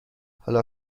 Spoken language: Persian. حالا